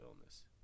illness